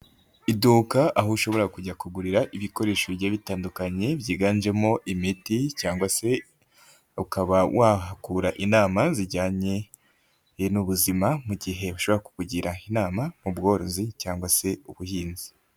Iduka aho ushobora kujya kugurira ibikoresho bijyiye bitandukanye byiganjemo imiti cyangwa se ukaba wahakura inama zijyanye n'ubuzima mu gihe bashobora kukugira inama mu bworozi cyangwa se mu buhinzi.